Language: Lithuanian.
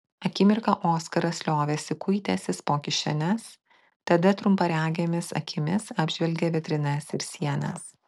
akimirką oskaras liovėsi kuitęsis po kišenes tada trumparegėmis akimis apžvelgė vitrinas ir sienas